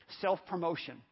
self-promotion